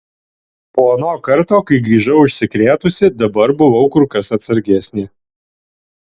po ano karto kai grįžau užsikrėtusi dabar buvau kur kas atsargesnė